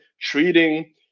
treating